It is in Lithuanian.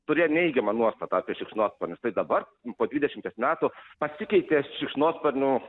turėjo neigiamą nuostatą apie šikšnosparnius tai dabar po dvidešimties metų pasikeitė šikšnosparnių